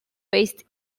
based